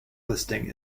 listing